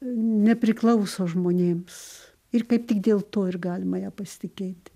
nepriklauso žmonėms ir kaip tik dėl to ir galima ja pasitikėti